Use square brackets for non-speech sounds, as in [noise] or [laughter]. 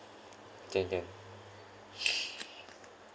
can can [noise]